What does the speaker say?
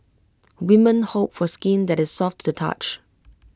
women hope for skin that is soft to the touch